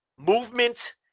Movement